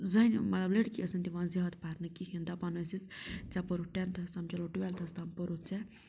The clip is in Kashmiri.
زَنہِ مطلب لٔڑکی ٲسۍ نہٕ دِوان زیادٕ پَرنہٕ کِہیٖنۍ دَپان ٲسِس ژےٚ پوٚرُتھ ٹٮ۪نٛتھَس تام چلو ٹُوٮ۪لتھَس تام پوٚرُتھ ژےٚ